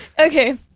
okay